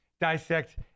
dissect